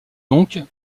donc